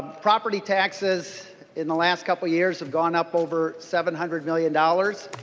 property taxes in the last couple of years have gone up over seven hundred million dollars.